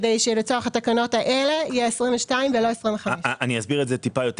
כדי שלצורך התקנות האלה יהיה 22 ולא 25. אני אסביר את זה טיפה יותר.